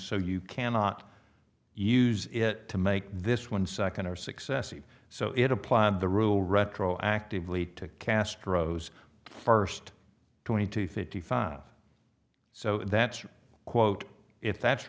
so you cannot use it to make this one second or successive so it apply the rule retroactively to castro's first twenty two fifty five so that's a quote if that's